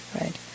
right